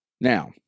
Now